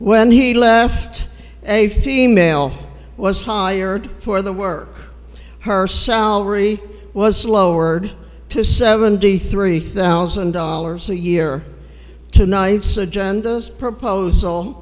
when he left a female was hired for the work her salary was lowered to seventy three thousand dollars a year tonight's agenda's proposal